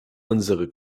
unsere